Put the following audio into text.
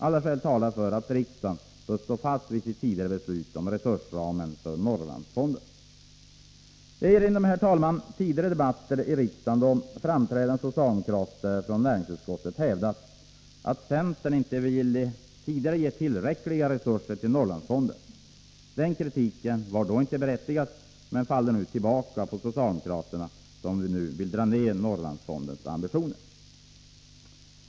Alla skäl talar för att riksdagen bör stå fast vid sitt tidigare beslut om resursram för Norrlandsfonden. Jag erinrar mig, herr talman, tidigare debatter i riksdagen, då framträdande socialdemokrater från näringsutskottet har hävdat, att centern inte velat ge tillräckliga resurser till Norrlandsfonden. Den kritiken var då inte berättigad, men den faller nu tillbaka på socialdemokraterna, som vill dra ned Norrlandsfondens ambitioner.